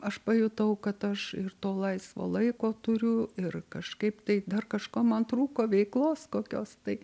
aš pajutau kad aš ir to laisvo laiko turiu ir kažkaip tai dar kažko man trūko veiklos kokios tai